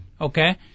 okay